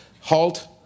halt